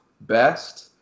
best